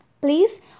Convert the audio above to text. please